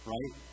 Right